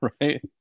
right